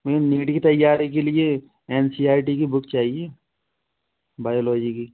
नहीं नीट की तैयारी के लिए एन सी आर टी की बुक चाहिए बायोलॉजी की